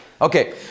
Okay